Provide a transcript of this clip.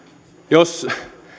jos